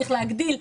צריך להגדיל,